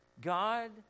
God